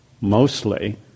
mostly